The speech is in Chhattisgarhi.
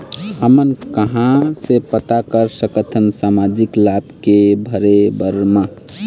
हमन कहां से पता कर सकथन सामाजिक लाभ के भरे बर मा?